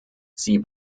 sie